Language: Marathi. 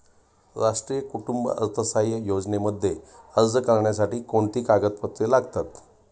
राष्ट्रीय कुटुंब अर्थसहाय्य योजनेमध्ये अर्ज करण्यासाठी कोणती कागदपत्रे लागतात?